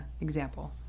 example